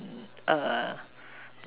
uh